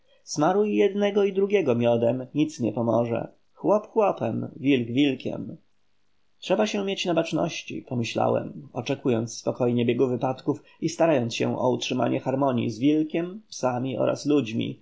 smaruj jednego i drugiego miodem nic nie pomoże chłop chłopem wilk wilkiem trzeba się mieć na baczności pomyślałem oczekując spokojnie biegu wypadków i starając się o utrzymanie harmonii z wilkiem psami oraz ludźmi